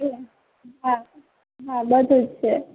હા હા બધું જ છે